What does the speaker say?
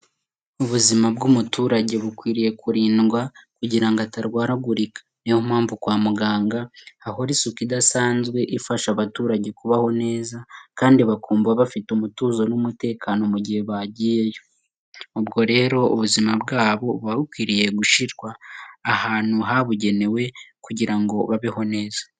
Ubuzima bw'umuturage bukwiriye kurindwa, kugira ngo atarwaragurika, niyo mpamvu kwa muganga hahora isuku idasanzwe ifasha abaturage kubaho neza, kandi bakumva bafite umutuzo n'umutekano mu gihe bagiyeyo, ubwo rero ubuzima bwabo buba bukwiriye gushyirwa ahantu habugenewe kugira ngo babeho neza.